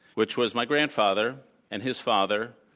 which was my grandfather and his father,